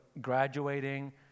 graduating